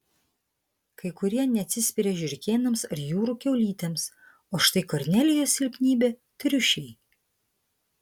kai kurie neatsispiria žiurkėnams ar jūrų kiaulytėms o štai kornelijos silpnybė triušiai